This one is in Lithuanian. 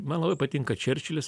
man labai patinka čerčilis